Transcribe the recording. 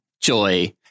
Joy